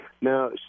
Now